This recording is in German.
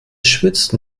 schwitzt